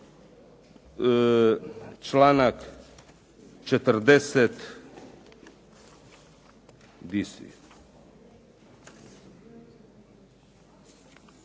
članak 52.